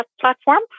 platform